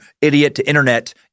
idiot-to-internet